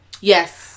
Yes